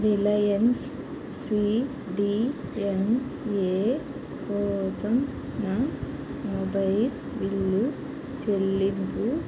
Reliance C D M A కోసం నా mobile bill చెల్లింపు